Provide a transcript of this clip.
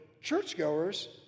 churchgoers